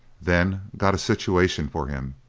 then got a situation for him.